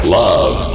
love